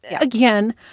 again